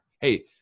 hey